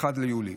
ב-31 ביולי,